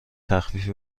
تخفیفی